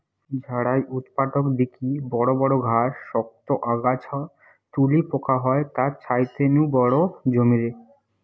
ঝাড়াই উৎপাটক দিকি বড় বড় ঘাস, শক্ত আগাছা তুলি পোকা হয় তার ছাইতে নু বড় জমিরে